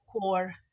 core